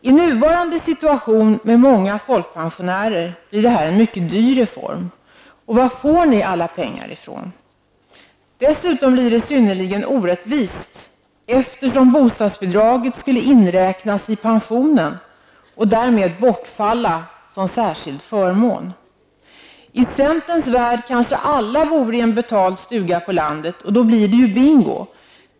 I nuvarande situation med många folkpensionärer blir det en mycket dyr reform. Varifrån får ni alla pengar? Dessutom blir det synnerligen orättvist, eftersom bostadsbidraget skulle inräknas i pensionen och därmed bortfalla som särskild förmån. I centerns värld kanske alla bor i en betald stuga på landet, och då blir det ju bingo.